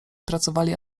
pracowali